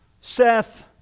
Seth